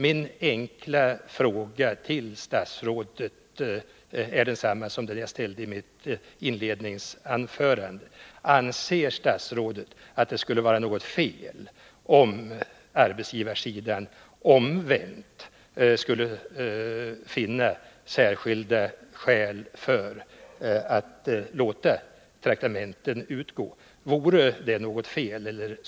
Min enkla fråga till statsrådet är densamma som den jag ställde i mitt första anförande: Anser statsrådet att det skulle vara något fel i att arbetsgivarsidan omvänt fann särskilda skäl för att låta traktamenten utgå?